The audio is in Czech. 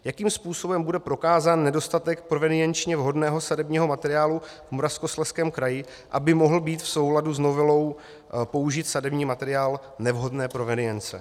Jakým způsobem bude prokázán nedostatek provenienčně vhodného sadebního materiálu v Moravskoslezském kraji, aby mohl být v souladu s novelou použit sadební materiál nevhodné provenience?